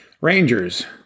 Rangers